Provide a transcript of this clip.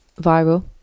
viral